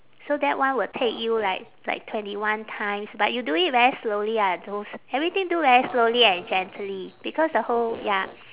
so that one will take you like like twenty one times but you do it very slowly ah those everything do very slowly and gently because the whole ya